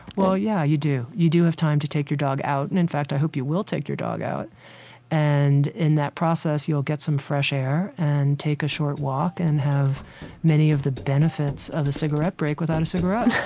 well, yeah, you do. you do have time to take your dog out and in fact i hope you will take your dog out and, in that process, you'll get some fresh air and take a short walk and have many of the benefits of the cigarette break without a cigarette